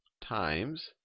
times